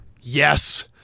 Yes